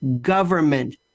government